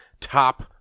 top